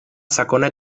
sakona